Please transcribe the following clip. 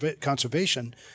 conservation